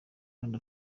kandi